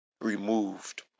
removed